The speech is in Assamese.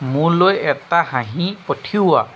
মোলৈ এটা হাঁহি পঠিওৱা